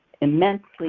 immensely